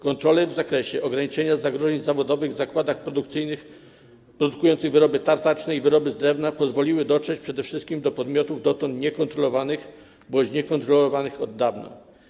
Kontrole w zakresie ograniczenia zagrożeń zawodowych w zakładach produkcyjnych produkujących wyroby tartaczne i wyroby z drewna pozwoliły dotrzeć przede wszystkim do podmiotów dotąd niekontrolowanych bądź niekontrolowanych od dawna.